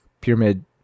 Pyramid